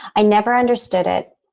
i never understood it.